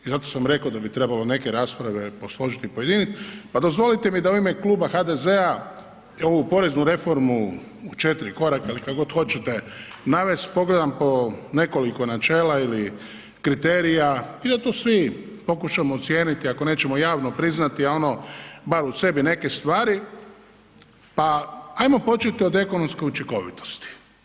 I zato sam rekao da bi trebalo neke rasprave posložiti i ... pa dozvolite mi da u ime Kluba HDZ-a ovu poreznu reformu u 4 koraka ili kako god hoćete navesti pogledam po nekoliko načela ili kriterija i da tu svi pokušamo ocijeniti, ako nećemo javno priznati, a ono, bar u sebi neke stvari, pa hajmo početi od ekonomske učinkovitosti.